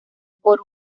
por